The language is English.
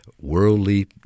worldly